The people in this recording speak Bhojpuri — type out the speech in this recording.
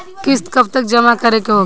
किस्त कब तक जमा करें के होखी?